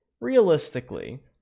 realistically